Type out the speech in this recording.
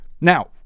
now